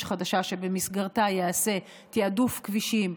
חדשה שבמסגרתה ייעשה תיעדוף כבישים,